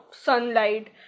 sunlight